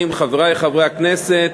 חברי חברי הכנסת,